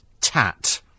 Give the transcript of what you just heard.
tat